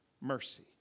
mercy